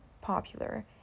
popular